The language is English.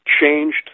changed